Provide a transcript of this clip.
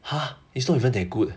!huh! it's not even that good